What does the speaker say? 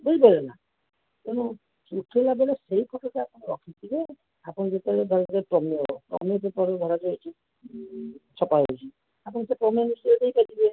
ବୁଝିପାରିଲେ ନା ତେଣୁ ଉଠାଇଲାବେଳେ ସେହି ଫଟୋଟା ଆପଣ ରଖିଥିବେ ଆପଣ ଯେତେବେଳେ ଧରାଯାଉ